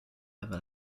ever